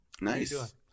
Nice